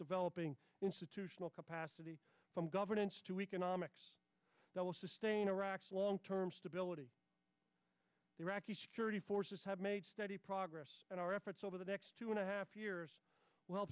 developing institutional capacity from governance to economics that will sustain iraq's long term stability iraqi forces have made steady progress in our efforts over the next two and a half